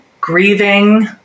grieving